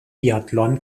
biathlon